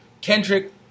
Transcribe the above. Kendrick